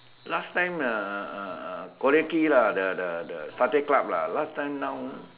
last time uh uh uh uh Collyer Quay lah the the the satay club lah last time now